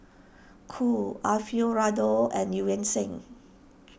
Cool Alfio Raldo and Eu Yan Sang